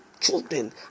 children